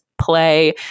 play